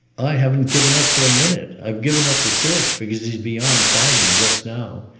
i haven't given up for a minute. i've given up the search, because he's beyond finding just now.